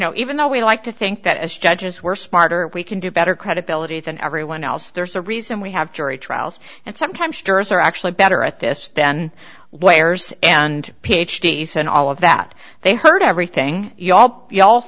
know even though we like to think that as judges we're smarter we can do better credibility than everyone else there's a reason we have jury trials and sometimes jurors are actually better at this than wires and ph d s and all of that they heard everything y'all y'all